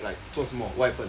like 做什么 what happen